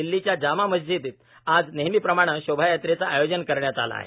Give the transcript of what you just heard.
दिल्लीच्या जामा मशिदीत आज नेहमीप्रमाणे शोभा यात्रेचं आयोजन करण्यात आलं आहे